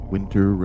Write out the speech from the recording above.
Winter